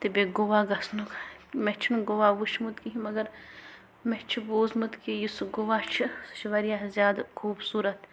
تہٕ بیٚیہِ گوٚوا گَژھٕنُک مےٚ چھِنہٕ گوٚوا وٕچھمُت کِہیٖنۍ مگر مےٚ چھُ بوٗزمُت کہ یُس گوٚوا چھِ سُہ چھِ واریاہ زیادٕ خوٗبصوٗرَت